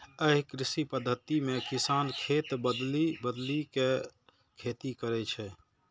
एहि कृषि पद्धति मे किसान खेत बदलि बदलि के खेती करै छै